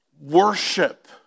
Worship